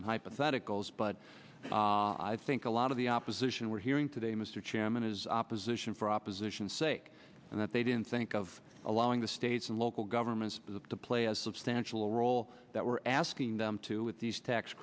and hypotheticals but i think a lot of the opposition we're hearing today mr chairman is opposition for opposition sake and that they didn't think of allowing the states and local governments to play a substantial role that we're asking them to with these tax